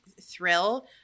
thrill